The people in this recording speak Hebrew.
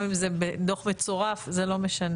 גם אם זה בדו"ח מצורף זה לא משנה.